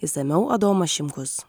išsamiau adomas šimkus